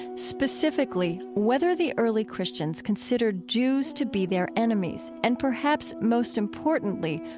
specifically whether the early christians considered jews to be their enemies and, perhaps most importantly,